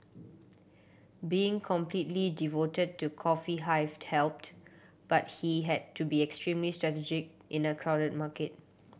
being completely devoted to Coffee Hive helped but he had to be extremely strategic in a crowded market